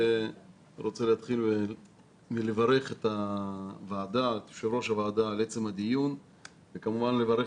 אני רוצה לברך את הוועדה ואת יושב ראש הוועדה על עצם הדיון וכמובן לברך